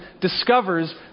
discovers